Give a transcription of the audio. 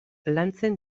lantzen